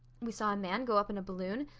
we saw a man go up in a balloon.